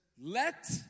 let